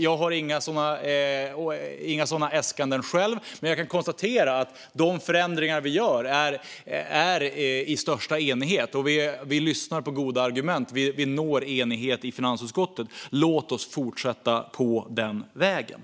Jag har inga sådana äskanden själv, men jag kan konstatera att de förändringar vi gör, gör vi i största enighet. Vi lyssnar på goda argument och når enighet i finansutskottet. Låt oss fortsätta på den vägen!